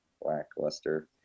lackluster